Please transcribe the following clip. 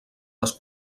les